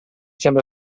sembra